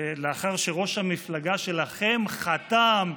לאחר שראש המפלגה שלכם חתם,